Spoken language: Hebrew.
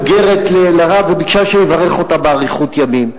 מבוגרת לרב וביקשה שיברך אותה באריכות ימים.